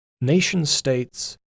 Nation-states